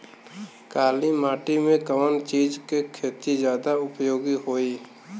काली माटी में कवन चीज़ के खेती ज्यादा उपयोगी होयी?